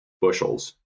bushels